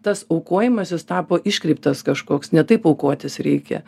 tas aukojimasis tapo iškreiptas kažkoks ne taip aukotis reikia